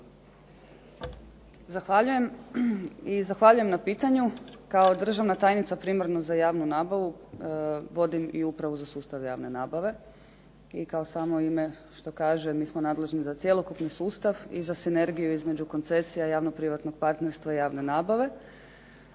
Zahvaljujem i zahvaljujem na pitanju. Kao državna tajnica primarno za javnu nabavu vodim i Upravu za sustav javne nabave i kao samo ime što kaže mi smo nadležni za cjelokupni sustav i za sinergiju između koncesija javno-privatnog partnerstva i javne nabave.